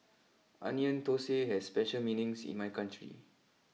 Onion Thosai has special meanings in my country